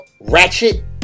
ratchet